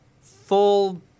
full